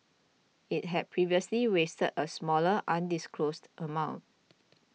it had previously raised a smaller undisclosed amount